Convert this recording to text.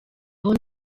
aho